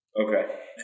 Okay